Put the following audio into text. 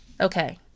Okay